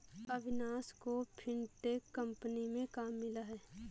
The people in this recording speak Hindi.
अविनाश को फिनटेक कंपनी में काम मिला है